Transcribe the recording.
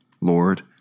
Lord